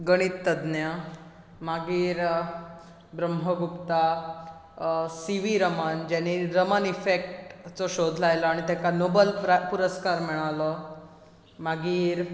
गणितज्ञ मागीर Brahmagupta C V Raman ज्याणे रमण इफेक्टाचो शोद लायलो आनी तेका नॉबल प्रा पुरस्कार मेळील्लो मागीर